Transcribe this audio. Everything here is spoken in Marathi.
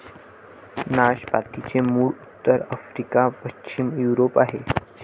नाशपातीचे मूळ उत्तर आफ्रिका, पश्चिम युरोप आहे